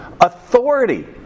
Authority